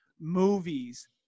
movies